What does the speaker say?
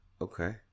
Okay